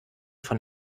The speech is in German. von